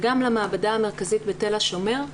וגם למעבדה המרכזית בתל השומר,